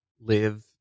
live